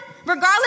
regardless